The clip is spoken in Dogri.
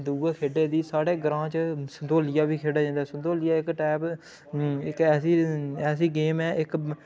दूए खेढे दी साढ़े ग्रांऽ च संतोलिया बी खेढेआ जंदा ऐ संतोलिया इक टैप इक ऐसी ऐसी गेम ऐ इक